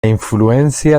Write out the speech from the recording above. influencia